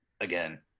again